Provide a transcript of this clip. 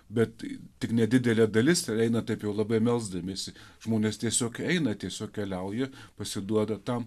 bet tik nedidelė dalis eina taip jau labai melsdamiesi žmonės tiesiog eina tiesiog keliauja pasiduoda tam